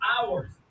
hours